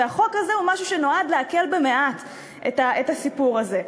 והחוק הזה הוא משהו שנועד להקל במעט את הסיפור הזה.